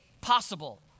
possible